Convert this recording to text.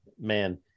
man